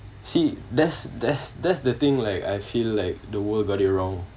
see that's that's that's the thing like I feel like the world got it wrong